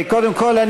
קודם כול,